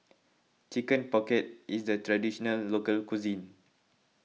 Chicken Pocket is a Traditional Local Cuisine